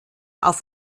auf